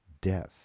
death